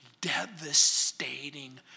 devastating